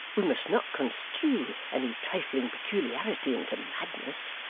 we must not construe any trifling peculiarity into madness.